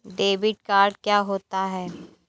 Debit card क्या होता है?